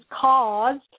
caused